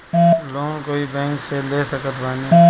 Loan कोई bank से ले सकत बानी?